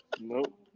Nope